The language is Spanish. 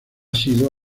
sido